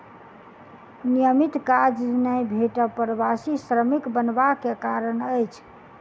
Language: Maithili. नियमित काज नै भेटब प्रवासी श्रमिक बनबा के कारण अछि